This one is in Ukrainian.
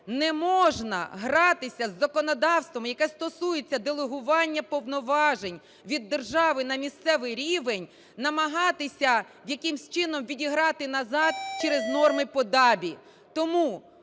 не можна гратися із законодавством, яке стосується делегування повноважень від держави на місцевий рівень, намагатися якимось чином відіграти назад через норми по ДАБІ.